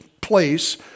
place